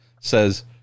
says